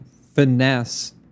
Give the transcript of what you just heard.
finesse